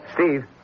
Steve